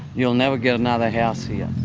you'll never get another house here.